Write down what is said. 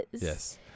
Yes